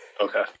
Okay